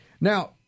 now